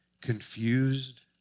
confused